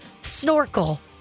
snorkel